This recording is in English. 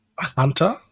Hunter